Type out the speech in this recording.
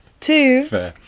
Two